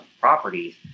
properties